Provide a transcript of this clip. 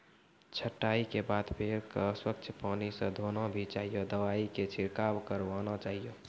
छंटाई के बाद पेड़ क स्वच्छ पानी स धोना भी चाहियो, दवाई के छिड़काव करवाना चाहियो